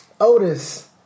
Otis